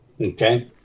Okay